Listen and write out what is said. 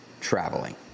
traveling